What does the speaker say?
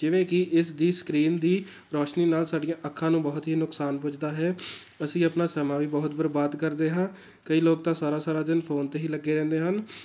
ਜਿਵੇਂ ਕਿ ਇਸ ਦੀ ਸਕਰੀਨ ਦੀ ਰੋਸ਼ਨੀ ਨਾਲ ਸਾਡੀਆਂ ਅੱਖਾਂ ਨੂੰ ਬਹੁਤ ਹੀ ਨੁਕਸਾਨ ਪੁੱਜਦਾ ਹੈ ਅਸੀਂ ਆਪਣਾ ਸਮਾਂ ਵੀ ਬਹੁਤ ਬਰਬਾਦ ਕਰਦੇ ਹਾਂ ਕਈ ਲੋਕ ਤਾਂ ਸਾਰਾ ਸਾਰਾ ਦਿਨ ਫ਼ੋਨ 'ਤੇ ਹੀ ਲੱਗੇ ਰਹਿੰਦੇ ਹਨ